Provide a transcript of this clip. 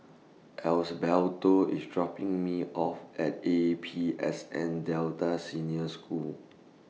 Osbaldo IS dropping Me off At A P S N Delta Senior School